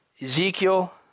Ezekiel